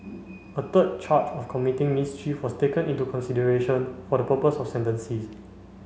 a third charge of committing mischief was taken into consideration for the purpose of sentencing